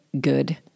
good